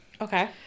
Okay